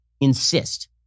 insist